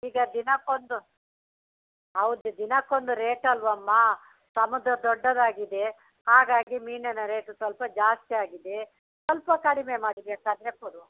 ಈಗ ದಿನಕ್ಕೊಂದು ಹೌದು ದಿನಕ್ಕೊಂದು ರೇಟಲ್ಲವ ಅಮ್ಮ ಸಮುದ್ರ ದೊಡ್ಡದಾಗಿದೆ ಹಾಗಾಗಿ ಮೀನಿನ ರೇಟು ಸ್ವಲ್ಪ ಜಾಸ್ತಿ ಆಗಿದೆ ಸ್ವಲ್ಪ ಕಡಿಮೆ ಮಾಡಿ ಬೇಕಾದರೆ ಕೊಡುವ